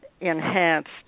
enhanced